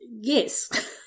yes